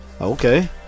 Okay